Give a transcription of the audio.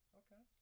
okay